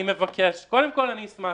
קודם כל, אני אשמח.